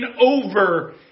over